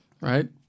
right